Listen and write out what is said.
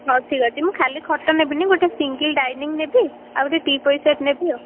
ହଉ ଠିକ୍ ଅଛି ମୁଁ ଖାଲି ଖଟ ନେବିନି ଗୋଟେ ସିଙ୍ଗଲ୍ ଡାଇନିଂ ନେବି ଆଉ ଗୋଟେ ଟି ପଏ ସେଟ୍ ନେବି ଆଉ